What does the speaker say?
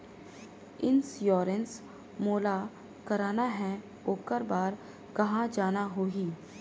Insurance मोला कराना हे ओकर बार कहा जाना होही?